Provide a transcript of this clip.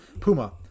Puma